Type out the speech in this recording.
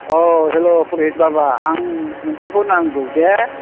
हेल' फुरहित बाबा आं नोंथांखौ नांगौदे